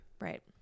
right